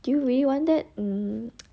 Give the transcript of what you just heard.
do you really want that um